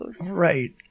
Right